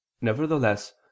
Nevertheless